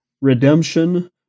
redemption